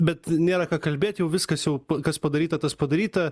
bet nėra ką kalbėt jau viskas jau kas padaryta tas padaryta